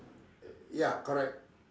ya correct